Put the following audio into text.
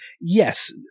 yes